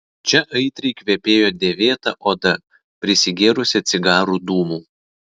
čia aitriai kvepėjo dėvėta oda prisigėrusią cigarų dūmų